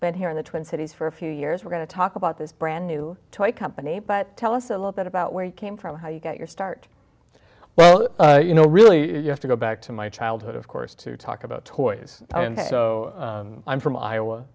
been here in the twin cities for a few years we're going to talk about this brand new toy company but tell us a little bit about where you came from how you got your start well you know really you have to go back to my childhood of course to talk about toys so i'm from iowa